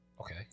Okay